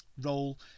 role